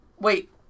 Wait